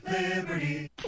liberty